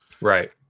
Right